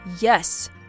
Yes